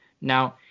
Now